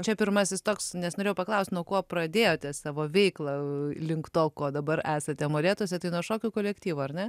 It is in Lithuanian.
čia pirmasis toks nes norėjau paklaust nuo ko pradėjot savo veiklą link to kuo dabar esate molėtuose tai nuo šokių kolektyvo ar ne